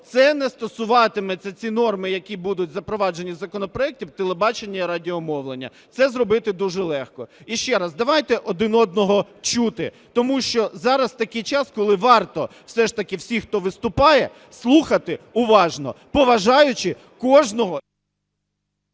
це не стосуватиметься, ці норми, які будуть запроваджені в законопроекті, в телебаченні і радіомовленні. Це зробити дуже легко. І ще раз, давайте один одного чути, тому що зараз такий час, коли варто все ж таки всіх, хто виступає, слухати уважно, поважаючи кожного.